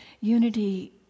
Unity